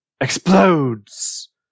EXPLODES